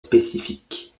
spécifique